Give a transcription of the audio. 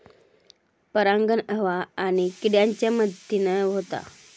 परागण हवा आणि किड्यांच्या मदतीन होता